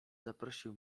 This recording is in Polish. zaprosił